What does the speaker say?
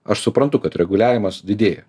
aš suprantu kad reguliavimas didėja